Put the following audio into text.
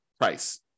price